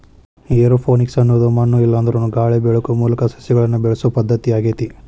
aeroponics ಅನ್ನೋದು ಮಣ್ಣು ಇಲ್ಲಾಂದ್ರನು ಗಾಳಿ ಬೆಳಕು ಮೂಲಕ ಸಸಿಗಳನ್ನ ಬೆಳಿಸೋ ಪದ್ಧತಿ ಆಗೇತಿ